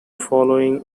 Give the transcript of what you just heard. following